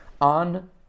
on